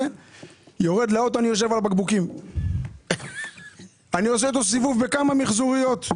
עושה איתו סיבוב בכמה מחזוריות.